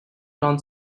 don